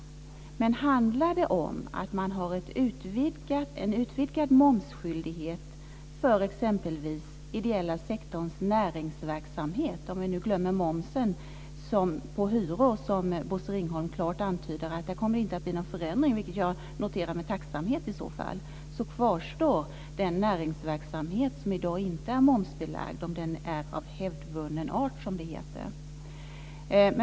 Men handlar det om en utvidgad momsskyldighet exempelvis för den ideella sektorns näringsverksamhet? Om vi nu glömmer momsen på hyror - där antyder Bosse Ringholm klart att det inte kommer att bli någon förändring, vilket jag i så fall noterar med tacksamhet - så kvarstår den näringsverksamhet som i dag inte är momsbelagd om den är av hävdvunnen art, som det heter.